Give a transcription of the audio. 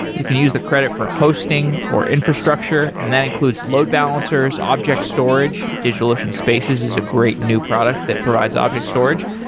you can use the credit for hosting, or infrastructure and that includes load balancers, object storage, digitalocean spaces is a great new product that provides object storage,